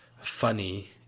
funny